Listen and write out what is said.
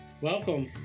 Welcome